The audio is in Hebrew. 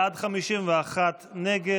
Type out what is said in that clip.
37 בעד, 51 נגד.